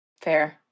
Fair